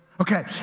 Okay